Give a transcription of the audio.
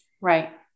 Right